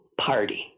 Party